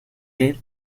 ted